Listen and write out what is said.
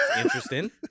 interesting